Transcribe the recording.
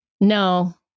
no